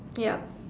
yup